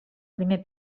primer